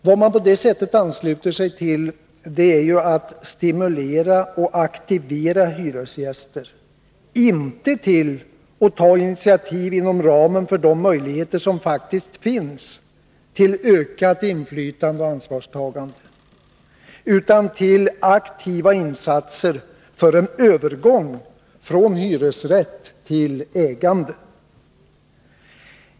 Vad man på det sättet ansluter sig till är förslaget att stimulera och aktivera hyresgäster, inte till att ta initiativ inom ramen för de möjligheter som faktiskt finns till ökat inflytande och ansvarstagande, utan till aktiva insatser för en övergång från hyresrätt till ägande.